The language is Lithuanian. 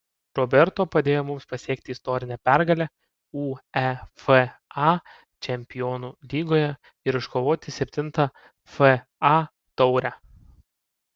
roberto padėjo mums pasiekti istorinę pergalę uefa čempionų lygoje ir iškovoti septintą fa taurę